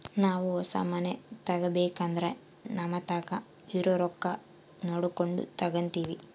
ನಾವು ಹೊಸ ಮನೆ ತಗಬೇಕಂದ್ರ ನಮತಾಕ ಇರೊ ರೊಕ್ಕ ನೋಡಕೊಂಡು ತಗಂತಿವಿ